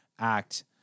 act